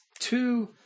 two